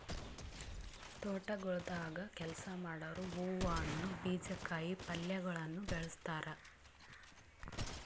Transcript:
ತೋಟಗೊಳ್ದಾಗ್ ಕೆಲಸ ಮಾಡೋರು ಹೂವು, ಹಣ್ಣು, ಬೀಜ, ಕಾಯಿ ಪಲ್ಯಗೊಳನು ಬೆಳಸ್ತಾರ್